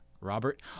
Robert